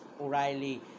o'reilly